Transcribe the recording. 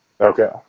Okay